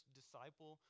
disciple